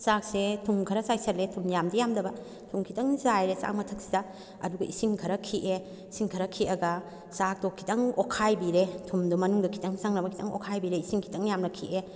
ꯆꯥꯛꯁꯦ ꯊꯨꯝ ꯈꯔꯥ ꯆꯥꯏꯁꯟꯂꯦ ꯊꯨꯝ ꯌꯥꯝꯗꯤ ꯌꯥꯝꯗꯕ ꯊꯨꯝ ꯈꯤꯇꯪꯗꯤ ꯆꯥꯏꯔꯦ ꯆꯥꯛ ꯃꯊꯛꯁꯤꯗ ꯑꯗꯨꯒ ꯏꯁꯤꯡ ꯈꯔꯥ ꯈꯤꯛꯑꯦ ꯏꯁꯤꯡ ꯈꯔꯥ ꯈꯤꯛꯑꯒ ꯆꯥꯛꯇꯣ ꯈꯤꯇꯪ ꯑꯣꯠꯈꯥꯏꯕꯤꯔꯦ ꯊꯨꯝꯗꯣ ꯃꯅꯨꯡꯗ ꯈꯤꯇꯪ ꯆꯪꯅꯕ ꯈꯤꯇꯪ ꯑꯣꯠꯈꯥꯏꯕꯤꯔꯦ ꯏꯁꯤꯡ ꯈꯤꯇꯪ ꯌꯥꯝꯅ ꯈꯤꯛꯑꯦ